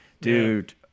Dude